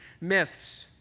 myths